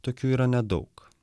tokių yra nedaug